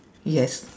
yes